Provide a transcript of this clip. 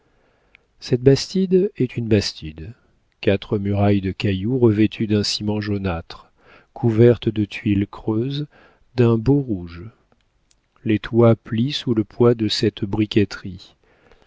cette bastide est une bastide quatre murailles de cailloux revêtues d'un ciment jaunâtre couvertes de tuiles creuses d'un beau rouge les toits plient sous le poids de cette briqueterie